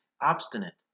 obstinate